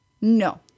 no